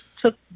took